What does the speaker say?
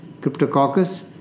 Cryptococcus